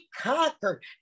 conquered